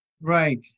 Right